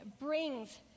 brings